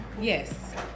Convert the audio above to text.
yes